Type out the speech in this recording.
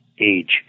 Age